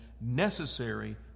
necessary